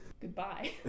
Goodbye